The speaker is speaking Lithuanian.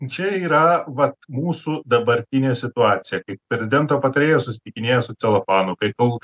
čia yra vat mūsų dabartinė situacija kai prezidento patarėjas susitikinėja su celofanu kai kol